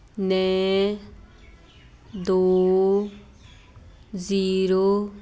ਨੇ ਦੋ ਜੀਰੋ